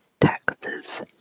taxes